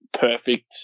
perfect